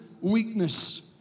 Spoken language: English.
weakness